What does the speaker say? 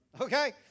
Okay